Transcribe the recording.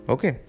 Okay